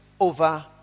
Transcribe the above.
over